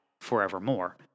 forevermore